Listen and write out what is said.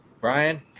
Brian